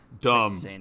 dumb